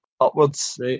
upwards